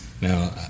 Now